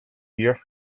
here